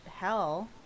hell